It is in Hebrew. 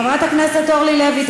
חברת הכנסת אורלי לוי,